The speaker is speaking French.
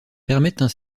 permettent